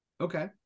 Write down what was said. Okay